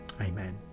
amen